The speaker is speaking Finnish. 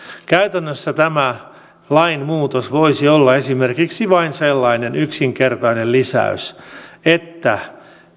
käytännössä tämä lainmuutos voisi olla esimerkiksi vain sellainen yksinkertainen lisäys että